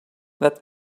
that